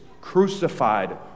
crucified